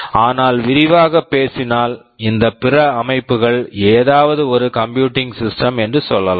ஆனால் விரிவாகப் பேசினால் இந்த பிற அமைப்புகள் ஏதாவது ஒரு கம்ப்யூட்டிங் சிஸ்டம் computing system என்று சொல்லலாம்